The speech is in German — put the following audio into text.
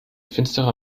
finsterer